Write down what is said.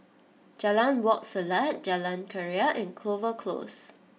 Jalan Wak Selat Jalan Keria and Clover Close